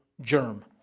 germ